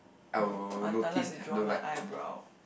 orh I I like to draw my eyebrow